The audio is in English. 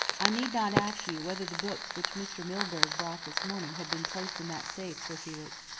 i need not ask you whether the books which mr. milburgh brought this morning had been placed in that safe, sir felix,